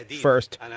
first